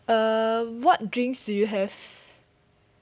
um what drinks do you have